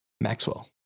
Maxwell